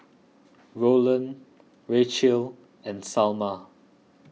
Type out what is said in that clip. Roland Racheal and Salma